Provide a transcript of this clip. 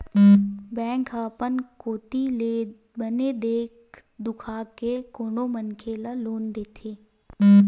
bank ह अपन कोती ले बने के देख दुखा के कोनो मनखे ल लोन देथे